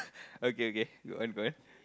okay okay good one good one